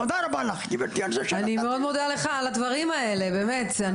אני מאוד מודה לך על הדברים האלה באמת,